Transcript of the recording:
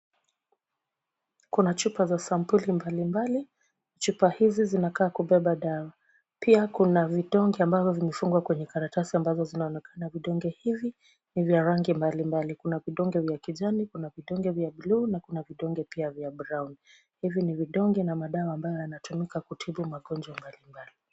Kuna chupa za sampuli mbalimbali. Chupa hizi zinakaa kubeba dawa. Pia kuna vidonge ambavyo vimefungwa kwenye karatasi ambazo zinaonekana. Vidonge hivi ni vya rangi mbalimbali. Kuna vidonge vya kijani, kuna vidonge vya blue na kuna vidonge pia vya brown .Hivi ni vidonge na madawa ambayo yanatumika kutibu magonjwa mbalimbali.